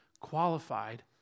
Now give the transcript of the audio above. qualified